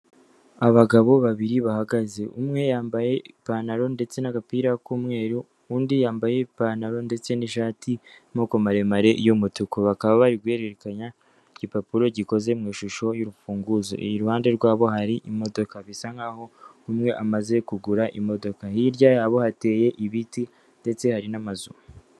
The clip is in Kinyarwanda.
Abagabo babiri bahagaze umwe yambaye ipantaro ndetse n'agapira k'umweru undi yambaye ipantaro ndetse n'ishati y'amaboko maremare y'umutuku bakaba bari guhererekanya igipapuro gikoze mu ishusho y'urufunguzo iruhande rwabo hari imodoka bisa nkaho umwe amaze kugura imodoka hirya yabo hateye ibiti ndetse hari n'amazu.